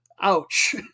ouch